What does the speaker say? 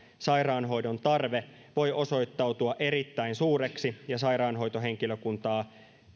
sairaanhoidon tarve voi osoittautua erittäin suureksi ja sairaanhoitohenkilökuntaa